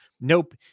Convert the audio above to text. nope